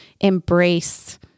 embrace